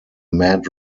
mad